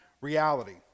reality